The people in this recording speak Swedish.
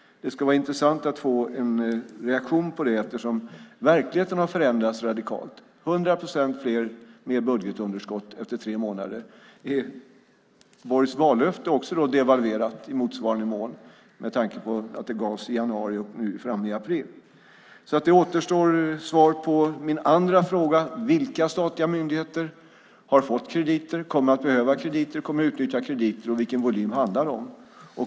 Det skulle vara intressant att få en reaktion på det eftersom verkligheten har förändrats radikalt. Det är hundra procent mer i budgetunderskott efter tre månader. Är Borgs vallöfte devalverat i motsvarande mån med tanke på att det gavs i januari och vi nu är inne i april? Det återstår alltså att få svar på min andra fråga, vilka statliga myndigheter som fått krediter, kommer att behöva krediter, kommer att utnyttja krediter, och vilken volym det handlar om.